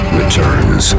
returns